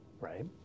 right